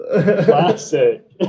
classic